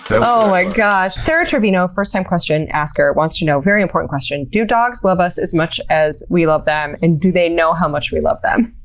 so like sarah trevino, first-time question-asker wants to know very important question. do dogs love us as much as we love them, and do they know how much we love them?